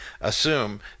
assume